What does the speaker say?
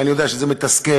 ואני יודע שזה מתסכל,